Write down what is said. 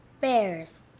Bears